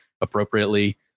appropriately